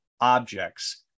objects